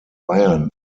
bayern